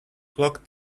clock